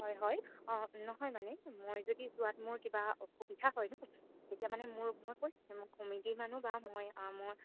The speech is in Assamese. হয় হয় অঁ নহয় মানে মই যদি যোৱাত মোৰ কিবা অসুবিধা হয় নহ্ তেতিয়া মানে মোৰ মই কৈছোৱে মোৰ কমিটি মানুহ বা মই মই